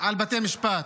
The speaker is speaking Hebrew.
על בתי משפט.